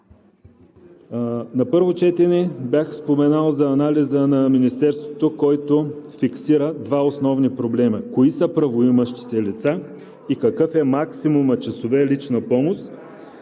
На първо четене бях споменал за анализа на Министерството, който фиксира два основни проблема – кои са правоимащите лица и какъв е максимумът часове лична помощ.